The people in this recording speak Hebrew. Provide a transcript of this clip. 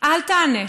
אל תענה.